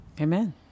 Amen